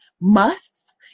musts